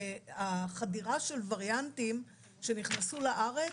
החדירה של וריאנטים שנכנסו לארץ,